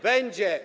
Będzie.